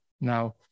Now